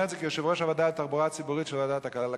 ובסופו של דבר התוצאות הן בלתי נמנעות.